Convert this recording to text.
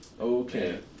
Okay